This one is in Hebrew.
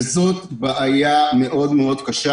זאת בעיה מאוד מאוד קשה.